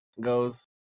goes